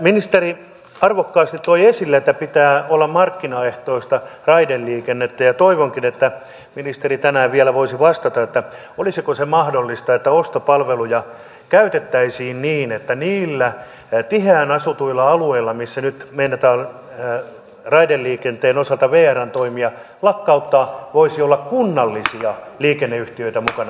ministeri arvokkaasti toi esille että pitää olla markkinaehtoista raideliikennettä ja toivonkin että ministeri tänään vielä voisi vastata olisiko se mahdollista että ostopalveluja käytettäisiin niin että niillä tiheään asutuilla alueilla missä nyt meinataan raideliikenteen osalta vrn toimia lakkauttaa voisi olla kunnallisia liikenneyhtiöitä mukana toiminnassa